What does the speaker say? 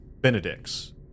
Benedict's